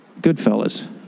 Goodfellas